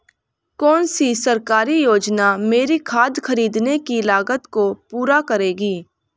कौन सी सरकारी योजना मेरी खाद खरीदने की लागत को पूरा करेगी?